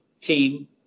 team